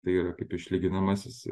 tai yra kaip išlyginamasis